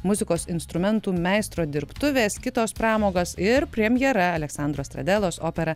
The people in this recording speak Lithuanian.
muzikos instrumentų meistro dirbtuvės kitos pramogos ir premjera aleksandro stradelos opera